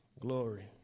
Glory